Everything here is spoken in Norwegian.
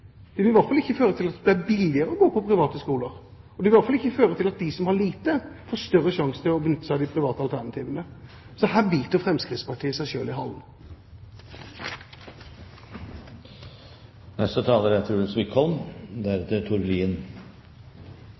Det vil i hvert fall ikke føre til at det blir billigere å gå på private skoler. Det vil i hvert fall ikke føre til at de som har lite, får større sjanse til å benytte seg av de private alternativene. Så her biter Fremskrittspartiet seg selv i